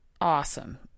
awesome